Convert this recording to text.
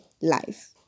life